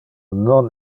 non